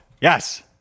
Yes